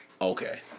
okay